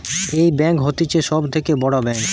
এই ব্যাঙ্ক হতিছে সব থাকে বড় ব্যাঙ্ক